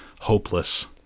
hopeless